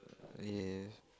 yes